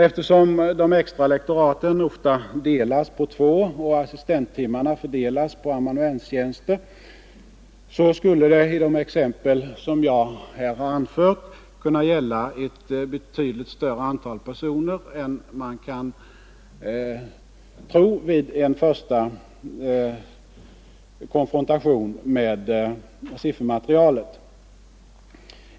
Eftersom de extra lektoraten ofta delas på två och assistenttimmarna fördelas på amanuenstjänster, skulle det i de exempel som jag här anfört kunna gälla ett betydligt större antal personer än man kan tro vid en första konfrontation med siffermaterialet.